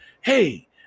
hey